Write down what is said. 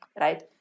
right